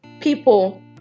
people